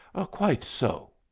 quite so,